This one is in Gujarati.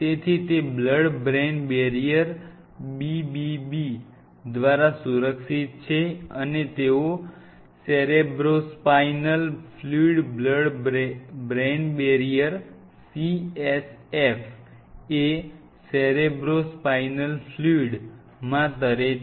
તેથી તે બ્લડ બ્રેઈન બેરિયર BBB દ્વારા સુરક્ષિત છે અને તેઓ cerebrospinal fluid blood brain barrier CSF એ સેરેબ્રોસ્પાઇનલ ફ્લુઇડ માં ત રે છે